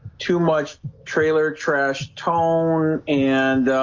too much trailer trash tone and